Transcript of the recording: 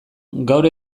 gaur